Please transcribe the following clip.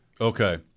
Okay